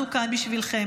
אנחנו כאן בשבילכם,